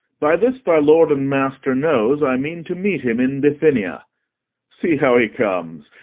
by this thy lord and master knows i mean to meet him in bithynia see, how he comes!